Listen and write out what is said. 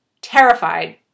terrified